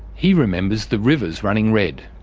he remembers the rivers running red.